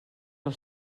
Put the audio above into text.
del